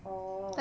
oh